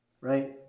right